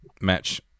match